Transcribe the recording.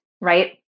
right